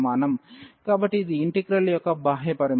కాబట్టి ఇది ఇంటిగ్రల్ యొక్క బాహ్య పరిమితి